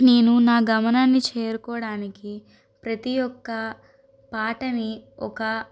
నేను నా గమనాన్ని చేరుకోవడానికి ప్రతి ఒక్క పాటని ఒక